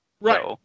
right